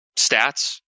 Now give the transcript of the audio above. stats